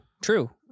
true